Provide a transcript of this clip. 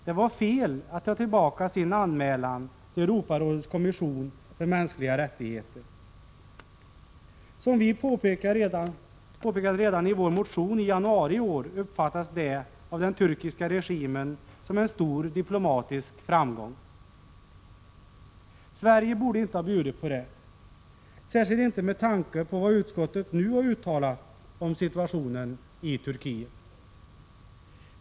Det var fel att ta tillbaka anmälan till Europarådets kommission för mänskliga rättigheter. Som vi påpekat redan i vår motion i januari i år uppfattas det av den turkiska regimen som en stor diplomatisk framgång, något som Sverige inte ” orde ha bjudit på — särskilt inte med tanke på vad utskottet nu har uttalat om situationen i Turkiet.